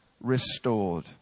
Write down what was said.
restored